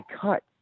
cut